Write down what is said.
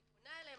היא פונה אליהם,